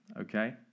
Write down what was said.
Okay